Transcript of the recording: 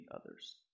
others